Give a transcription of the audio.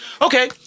Okay